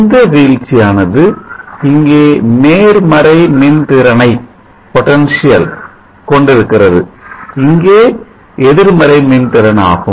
இந்த வீழ்ச்சியானது இங்கே நேர்மறை மின் திறனை கொண்டிருக்கிறது இங்கே எதிர்மறை மின் திறன் ஆகும்